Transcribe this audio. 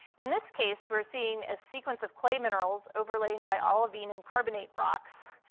in this case, we're seeing a sequence of clay minerals overlain by olivine and carbonate rocks,